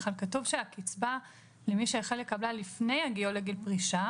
כתוב שהקצבה למי שהחל לקבלה לפני הגיעו לגיל פרישה